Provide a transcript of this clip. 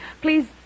Please